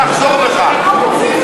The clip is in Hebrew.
לא צועקים בעמידה.